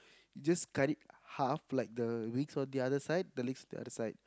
just cut it half like the wings on the other side the legs on the other side